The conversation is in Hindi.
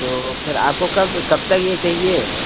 तो फिर आपको कब कब तक यह चाहिए